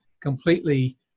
completely